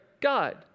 God